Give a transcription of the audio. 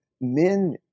men